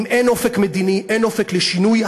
אם אין אופק מדיני, אין אופק לשינוי,